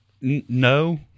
no